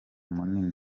munini